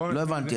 לא הבנתי.